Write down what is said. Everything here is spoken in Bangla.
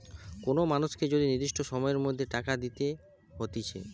কোন মানুষকে যদি নির্দিষ্ট সময়ের মধ্যে টাকা দিতে হতিছে